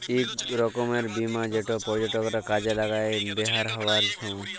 ইক রকমের বীমা যেট পর্যটকরা কাজে লাগায় বেইরহাবার ছময়